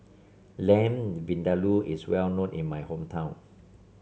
Lamb Vindaloo is well known in my hometown